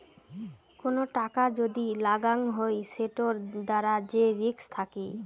কোন টাকা যদি লাগাং হই সেটোর দ্বারা যে রিস্ক থাকি